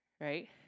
Right